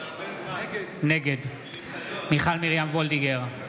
נגד מיכל מרים וולדיגר,